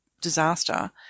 disaster